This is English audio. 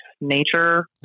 nature